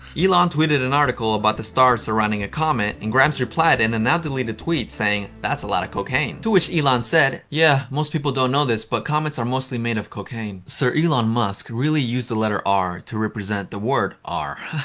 elon tweeted an article about the stars surrounding a comet and grimes replied in a now-deleted tweet saying, that's a lot of cocaine. cocaine. to which elon said, yeah, most people don't know this but comets r mostly made of cocaine. sir elon musk really used the letter r to represent the word are.